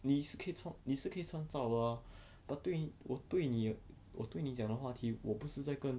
你是可以创你是可以创造的啊 but 对我对你我对你讲的话题我不是在跟